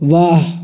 वाह